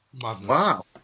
Wow